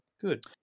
good